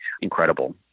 incredible